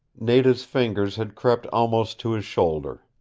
nada's fingers had crept almost to his shoulder.